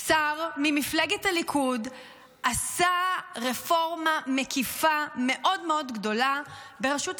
שר ממפלגת הליכוד עשה רפורמה מקיפה מאוד מאוד גדולה ברשות השידור.